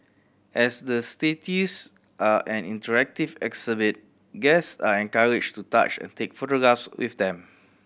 as the statues are an interactive exhibit guest are encouraged to touch and take photographs with them